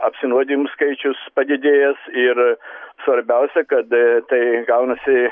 apsinuodijimų skaičius padidėjęs ir svarbiausia kad tai gaunasi